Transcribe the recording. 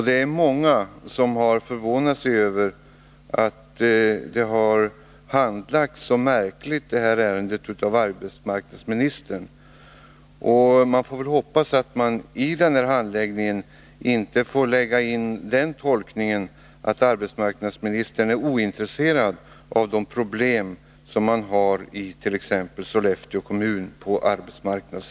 Det är många som har förvånat sig över att detta ärende har handlagts så märkligt av arbetsmarknadsministern. Man får väl hoppas att man i handläggningssättet inte skall lägga in den tolkningen att arbetsmarknadsministern är ointresserad av de problem som finns på arbetsmarknadssidan i t.ex. Sollefteå kommun.